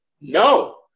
no